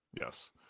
Yes